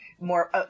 more